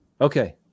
okay